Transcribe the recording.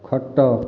ଖଟ